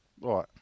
Right